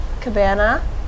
cabana